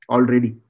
Already